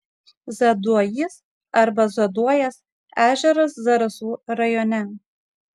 zaduojys arba zaduojas ežeras zarasų rajone